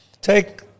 Take